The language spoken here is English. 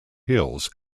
hills